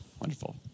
wonderful